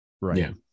Right